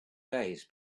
days